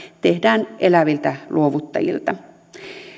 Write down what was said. tehdään eläviltä luovuttajilta